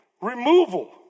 removal